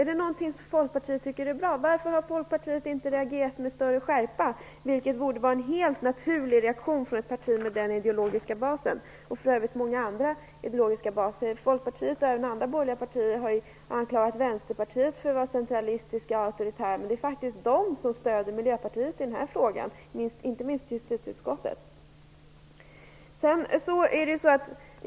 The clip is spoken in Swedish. Är det någonting som Folkpartiet tycker är bra? Varför har inte Folkpartiet reagerat med större skärpa? Det borde vara en helt naturlig reaktion från ett parti med den ideologiska basen. Detsamma gäller för övrigt även många andra ideologiska baser. Folkpartiet, och även andra borgerliga partier, har ju anklagat Vänsterpartiet för att vara centralistiskt och auktoritärt, men det är faktiskt Vänsterpartiet som stöder Miljöpartiet i den här frågan, inte minst i justitieutskottet.